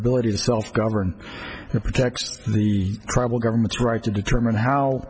ability to self govern protect the tribal governments right to determine how